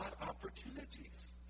opportunities